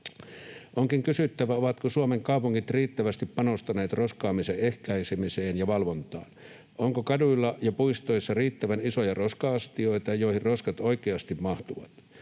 Onkin kysyttävä: Ovatko Suomen kaupungit riittävästi panostaneet roskaamisen ehkäisemiseen ja valvontaan? Onko kaduilla ja puistoissa riittävän isoja roska-astioita, joihin roskat oikeasti mahtuvat?